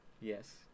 Yes